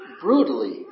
brutally